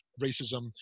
racism